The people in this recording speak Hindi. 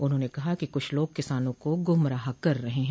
उन्होंने कहा कि कुछ लोग किसानों को गुमराह कर रहे हैं